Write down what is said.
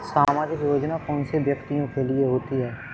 सामाजिक योजना कौन से व्यक्तियों के लिए होती है?